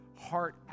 heart